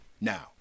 Now